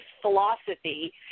philosophy